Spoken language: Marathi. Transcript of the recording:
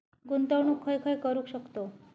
गुंतवणूक खय खय करू शकतव?